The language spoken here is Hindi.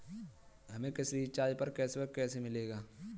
हमें किसी रिचार्ज पर कैशबैक कैसे मिलेगा?